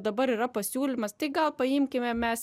dabar yra pasiūlymas tai gal paimkime mes